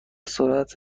سرعت